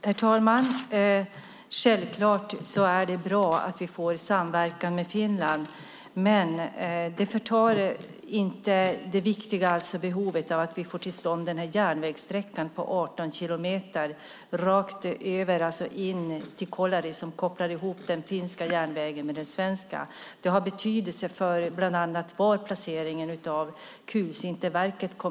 Herr talman! Självklart är det bra att vi får samverkan med Finland, men det förtar inte det viktigaste, att vi får till stånd denna järnvägssträcka på 18 kilometer rakt in till Kolari som kopplar ihop den finska järnvägen med den svenska. Det har betydelse för bland annat placeringen av kulsinterverket.